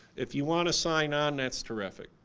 if you want to sign on, that's terrific.